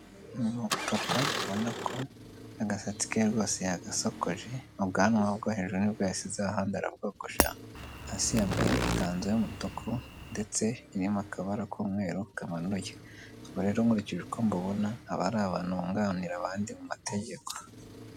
Umupapa ubona ko agasatsi ke rwose yagasokoje, ubwana bwo hejuru nibwo yasizeho ubundi arabwogosha, hasi yambaye ikanzu y'umutuku, ndetse irimo akabara k'umweru kamanuye. Ubwo rero nkurikije uko mbubona ari ari abantu bunganira abandi mu mategeko.